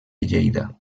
lleida